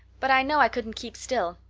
but i know i couldn't keep still.